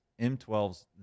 M12s